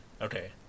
Okay